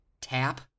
Tap